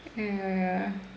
ya ya ya